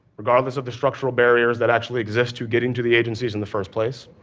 regardless of the structural barriers that actually exist to get into the agencies in the first place.